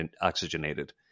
oxygenated